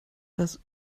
das